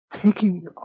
taking